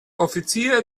offiziere